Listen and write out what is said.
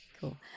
Cool